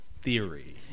theory